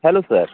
hello sir